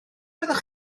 fyddech